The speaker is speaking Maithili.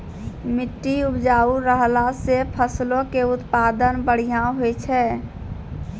मट्टी उपजाऊ रहला से फसलो के उत्पादन बढ़िया होय छै